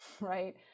right